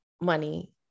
money